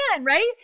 right